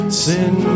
sin